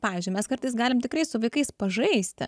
pavyzdžiui mes kartais galim tikrai su vaikais pažaisti